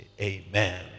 Amen